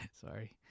Sorry